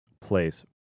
place